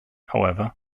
however